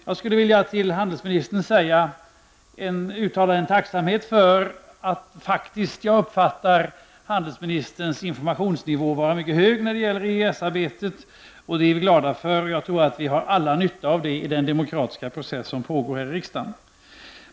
Jag uppfattar med tacksamhet att statsrådet Anita Gradins informationsnivå är mycket hög när det gäller EES-arbetet. Det är vi glada för, och det tror jag att vi alla har nytta av i den demokratiska process som pågår i riksdagen.